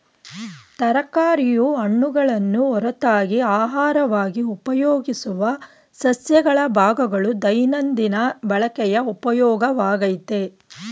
ತರಕಾರಿಯು ಹಣ್ಣುಗಳನ್ನು ಹೊರತಾಗಿ ಅಹಾರವಾಗಿ ಉಪಯೋಗಿಸುವ ಸಸ್ಯಗಳ ಭಾಗಗಳು ದೈನಂದಿನ ಬಳಕೆಯ ಉಪಯೋಗವಾಗಯ್ತೆ